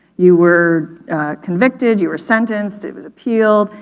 you were convicted, you were sentenced, it was appealed.